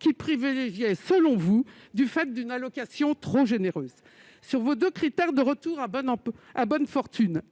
qu'ils privilégiaient, selon vous, du fait d'une allocation trop généreuse. Sur vos deux critères de retour à bonne fortune,